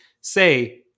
say